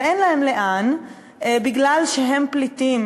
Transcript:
ואין להם לאן כי הם פליטים,